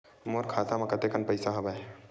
मोर खाता म कतेकन पईसा हवय?